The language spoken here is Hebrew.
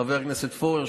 חבר הכנסת פורר,